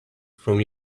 from